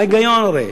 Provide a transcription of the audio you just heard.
מה ההיגיון, הרי?